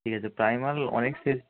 ঠিক আছে প্রায় মাল অনেক শেষ